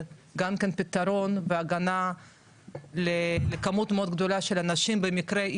גם פתרון והגנה לכמות מאוד גדולה של אנשים במקרה,